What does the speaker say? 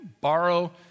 borrow